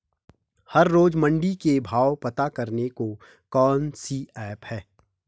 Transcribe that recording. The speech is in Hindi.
हर रोज़ मंडी के भाव पता करने को कौन सी ऐप है?